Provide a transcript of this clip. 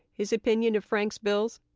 his opinion of frank's bills?